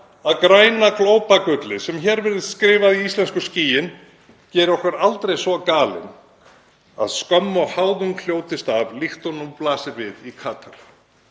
að græna glópagullið sem hér virðist skrifað í íslensku skýin geri okkur aldrei svo galin að skömm og háðung hljótist af líkt og nú blasir við í Katar.